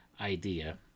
idea